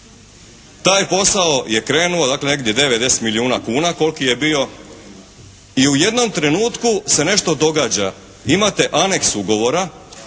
Taj posao je krenuo dakle negdje devet, deset milijuna kuna koliki je bio i u jednom trenutku se nešto događa. Imate anex ugovora